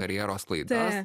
karjeros klaidas